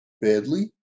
badly